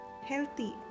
healthy